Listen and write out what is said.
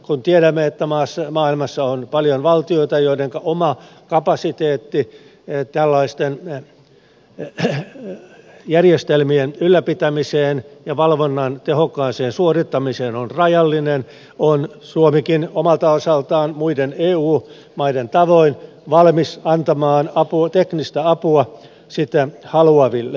koska tiedämme että maailmassa on paljon valtioita joidenka oma kapasiteetti tällaisten järjestelmien ylläpitämiseen ja valvonnan tehokkaaseen suorittamiseen on rajallinen on suomikin omalta osaltaan muiden eu maiden tavoin valmis antamaan teknistä apua sitä haluaville